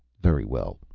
very well,